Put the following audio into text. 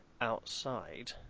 outside